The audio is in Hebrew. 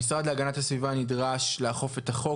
המשרד להגנת הסביבה נדרש לאכוף את החוק